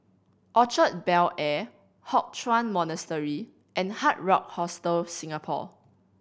Orchard Bel Air Hock Chuan Monastery and Hard Rock Hostel Singapore